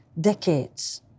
decades